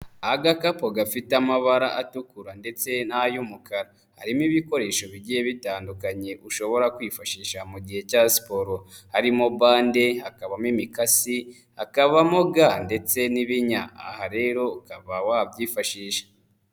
Agakapu gafite amabara atukura ndetse n'ay'umukara, harimo ibikoresho bigiye bitandukanye ushobora kwifashisha mu gihe cya siporo, harimo bande hakabamo imikasi, hakabamo ga ndetse n'ibinya, aha rero ukaba wabyifashisha.